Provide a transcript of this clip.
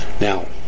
now